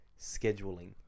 Scheduling